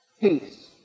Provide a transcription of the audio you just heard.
peace